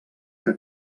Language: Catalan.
que